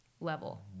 level